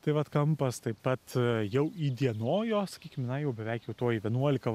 tai vat kampas taip pat jau įdienojo sakykim na jau beveik jau tuoj vienuolika